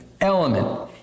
element